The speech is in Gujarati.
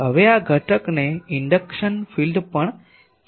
હવે આ ઘટકને ઇન્ડક્શન ફીલ્ડ પણ કહેવામાં આવે છે